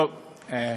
בסדר,